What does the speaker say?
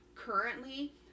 Currently